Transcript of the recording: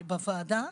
בוועדה.